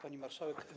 Pani Marszałek!